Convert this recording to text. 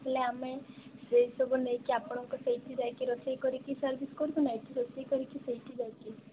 ହେଲେ ଆମେ ସେଇ ସବୁ ନେଇକି ଆପଣଙ୍କ ସେଇଠି ଯାଇକି ରୋଷେଇ କରିକି ସର୍ଭିସ୍ କରିବୁ ନା ଏଠୁ ରୋଷେଇ କରିକି ସେଇଠି ଯାଇକି